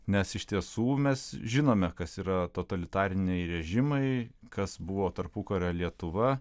nes iš tiesų mes žinome kas yra totalitariniai režimai kas buvo tarpukario lietuva